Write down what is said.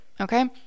okay